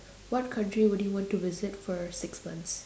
what country would you want to visit for six months